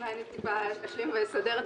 סיעה שנקראת ימינה בראשות איילת שקד הבית היהודי,